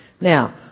Now